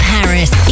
Paris